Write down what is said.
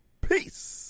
Peace